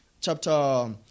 chapter